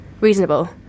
Reasonable